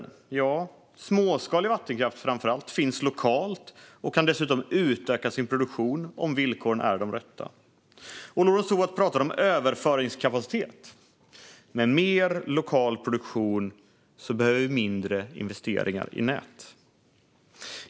Ja, framför allt småskalig vattenkraft finns lokalt och kan dessutom utöka sin produktion om villkoren är de rätta. Lorentz Tovatt talade även om överföringskapacitet, och med mer lokal produktion behöver vi mindre investeringar i nät.